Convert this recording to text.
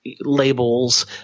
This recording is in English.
labels